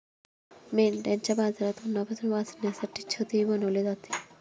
मेंढ्यांच्या बाजारात उन्हापासून वाचण्यासाठी छतही बनवले जाते